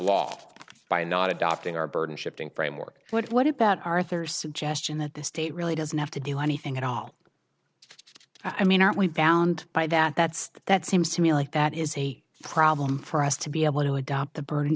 loft by not adopting our burden shifting framework what about arthur suggestion that the state really doesn't have to do anything at all i mean are we found by that that's that seems to me like that is a problem for us to be able to adopt the burning